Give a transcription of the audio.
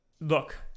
look